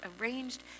arranged